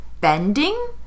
bending